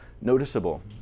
noticeable